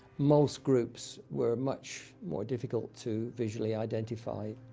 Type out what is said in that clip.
most groups were much more difficult to visually identify.